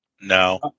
No